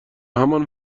همان